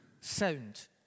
sound